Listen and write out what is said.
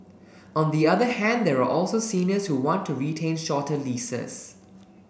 on the other hand there are also seniors who want to retain shorter leases